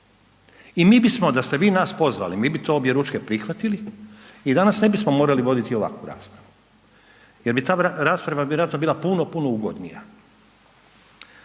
I mi bismo da ste vi nas pozvali, mi to objeručke prihvatili i danas ne bismo morali voditi ovakvu raspravu jer bi ta rasprava vjerojatno bila puno, puno ugodnija.